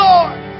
Lord